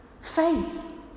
Faith